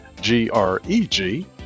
G-R-E-G